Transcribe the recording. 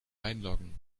einloggen